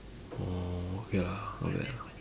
orh okay lah not bad